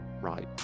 right